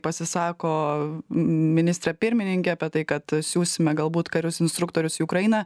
pasisako ministrė pirmininkė apie tai kad siųsime galbūt karius instruktorius į ukrainą